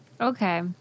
okay